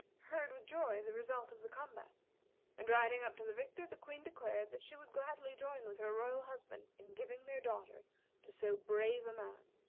heard with joy the result of the combat and riding up to the victor, the queen declared that she would gladly join with her royal husband in giving their daughter to so brave a man.